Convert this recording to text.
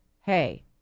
hey